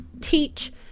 teach